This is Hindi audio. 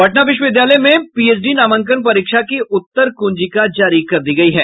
पटना विश्वविद्यालय में पीएचडी नामांकन परीक्षा की उत्तर कुंजिका जारी कर दी गयी है